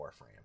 Warframe